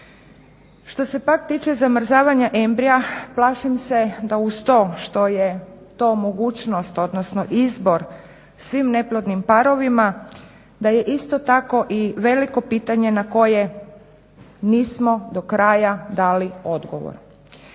Što se pak tiče zamrzavanja embrija plašim se da uz to što je to mogućnost, odnosno izbor svim neplodnim parovima, da je isto tako i veliko pitanje na koje nismo do kraja dali odgovor.